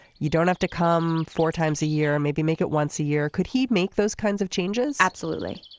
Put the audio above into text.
you don't have to come four times a year maybe make it once a year. could he make those kinds of changes absolutely.